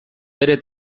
bere